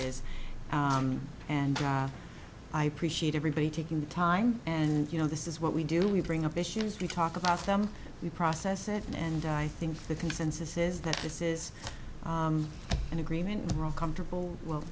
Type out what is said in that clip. is and i appreciate everybody taking the time and you know this is what we do we bring up issues we talk about them we process it and i think the consensus is that this is an agreement we're all comfortable w